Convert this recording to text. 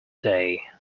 day